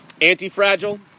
Anti-Fragile